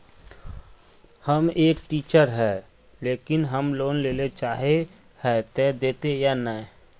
हम एक टीचर है लेकिन हम लोन लेले चाहे है ते देते या नय?